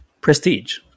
Prestige